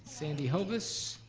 sandy hovis.